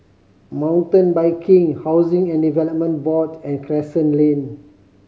Mountain Biking Housing and Development Board and Crescent Lane